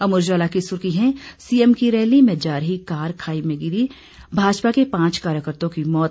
अमर उजाला की सुर्खी है सीएम की रैली में जा रही कार खाई में गिरी भाजपा के पांच कार्यकर्ताओं की मौत